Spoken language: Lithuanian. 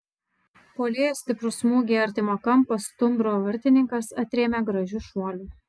puolėjo stiprų smūgį į artimą kampą stumbro vartininkas atrėmė gražiu šuoliu